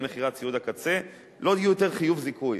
מחירי ציוד הקצה, לא יהיה יותר חיוב זיכוי.